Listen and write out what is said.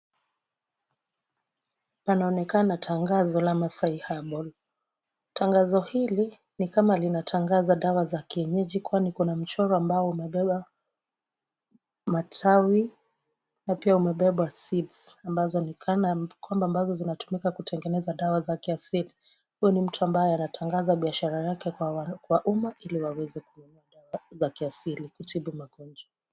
Panaonekana tangazo la Masai harbal. Tangazo hili ni kama linatangaza dawa za kienyeji kwani kuna mchoro ambao umebeba matawi na pia umebeba seeds ambazo ni kana kwamba ambazo zinatumika kutengeneza dawa za kiasili. Huyu ni mtu ambaye anatangaza biashara yake kwa umma ili waweze dawa za kiasili kutibu magonjwa.